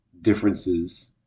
differences